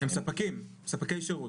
הם ספקים, הם ספקי שירות.